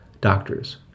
Doctors